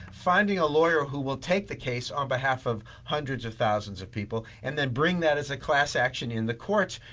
finding a lawyer who will take the case on behalf of hundreds of thousands of people and then bring that as a class action in the courts,